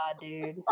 dude